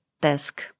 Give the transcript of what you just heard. desk